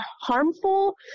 harmful